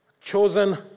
Chosen